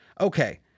Okay